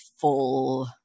full